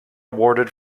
awarded